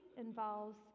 involves